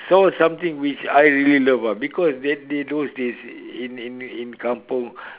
saw something which I really love ah because that they those days in in in kampung